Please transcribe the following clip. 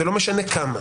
זה לא משנה כמה.